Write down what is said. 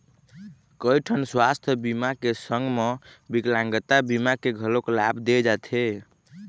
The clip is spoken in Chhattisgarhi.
कइठन सुवास्थ बीमा के संग म बिकलांगता बीमा के घलोक लाभ दे जाथे